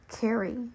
carry